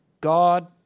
God